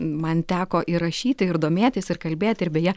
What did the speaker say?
man teko ir rašyti ir domėtis ir kalbėti ir beje